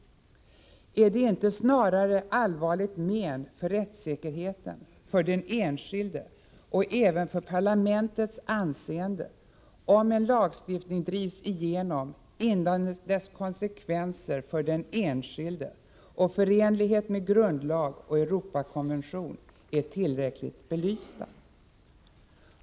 Är det inte snarare allvarligt men för rättssäkerheten, för den enskilde och även för parlamentets anseende om en lagstiftning drivs igenom, innan dess konsekvenser för den enskilde och förenlighet med grundlag och Europakonvention är tillräckligt belysta?